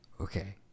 Okay